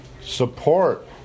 support